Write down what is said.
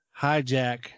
hijack